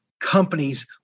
companies